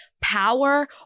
power